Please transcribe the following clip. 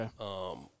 okay